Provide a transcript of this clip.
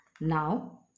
Now